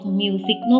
music